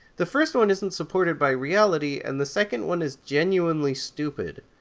the first one isn't supported by reality, and the second one is genuinely stupid.